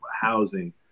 housing